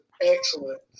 excellent